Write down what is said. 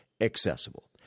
accessible